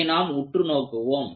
அதை நாம் உற்று நோக்குவோம்